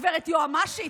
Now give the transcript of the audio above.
גב' יועמ"שית,